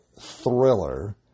thriller